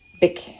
big